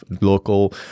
local